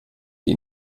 die